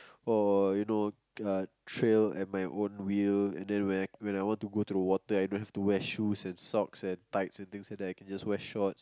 or you know a trial at my own will and then when when I want to go the water I don't have to wear shoes and socks and tights and things like that I can just wear shorts